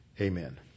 amen